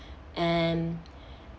and